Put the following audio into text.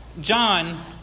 John